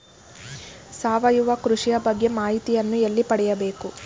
ಸಾವಯವ ಕೃಷಿಯ ಬಗ್ಗೆ ಮಾಹಿತಿಯನ್ನು ಎಲ್ಲಿ ಪಡೆಯಬೇಕು?